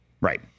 Right